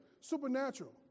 Supernatural